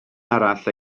arall